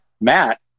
Matt